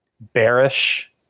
bearish